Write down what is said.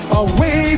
away